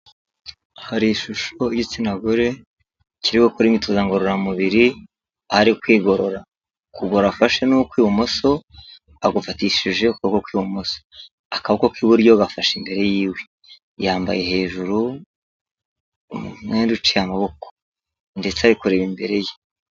Hari ishusho y'igitsina gore, kiri gukora imyitozo ngororamubiri, aho ari kwigorora, ukuguru afashe ni ukw'ibumoso, agufatishije ukuboko kw'ibumoso, akaboko k'iburyo gafashe imbere yiwe, yambaye hejuru umwenda uciye amaboko ndetse ari kureba imbere ye.